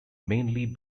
mainly